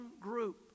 group